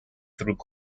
through